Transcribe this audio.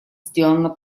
сделано